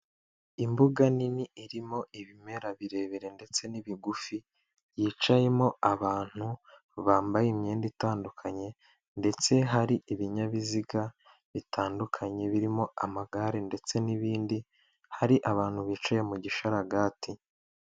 Imbuga nini irimo ibimera birebire ndetse n'ibigufi, yicayemo abantu bambaye imyenda itandukanye, ndetse hari ibinyabiziga bitandukanye birimo amagare ndetse n'ibindi, hari abantu bicaye mu gisharagati.